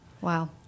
Wow